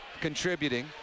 contributing